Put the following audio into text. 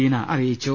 ബീന അറിയിച്ചു